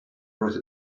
brought